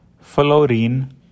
fluorine